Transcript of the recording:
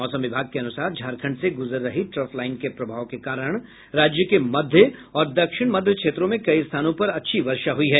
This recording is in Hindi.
मौसम विभाग के अनुसार झारखंड से गुजर रही ट्रफ लाईन के प्रभाव के कारण राज्य के मध्य और दक्षिण मध्य क्षेत्रों में कई स्थानों पर अच्छी वर्षा हुई है